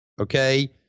Okay